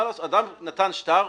אדם נתן שטר,